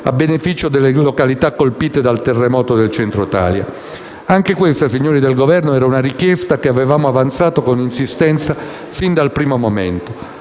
a beneficio delle località colpite dal terremoto del Centro Italia. Anche questa, signori del Governo, era una richiesta che avevamo avanzato con insistenza sin dal primo momento.